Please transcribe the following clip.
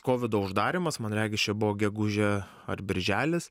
kovido uždarymas man regis čia buvo gegužė ar birželis